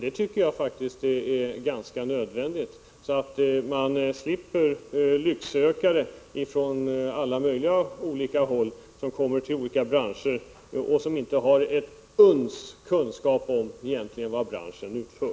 Det är faktiskt nödvändigt för att slippa lycksökare som kommer till olika branscher från alla möjliga håll och som inte har ett uns kunskap om vad branschen utför.